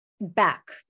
back